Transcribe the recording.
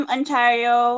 Ontario